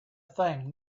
thing